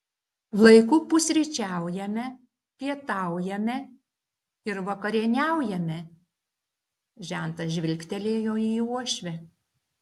laiku pusryčiaujame pietaujame ir vakarieniaujame žentas žvilgtelėjo į uošvę